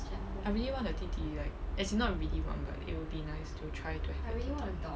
I really want a 弟弟 like as in not really want but it'll be nice to try to have a 弟弟